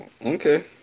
Okay